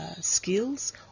skills